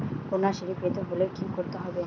কন্যাশ্রী পেতে হলে কি করতে হবে?